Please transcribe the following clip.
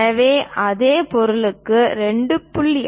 எனவே அதே பொருளுக்கு 2